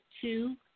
two